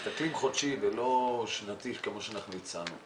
מסתכלים חודשי ולא שנתי כמו שאנחנו הצענו.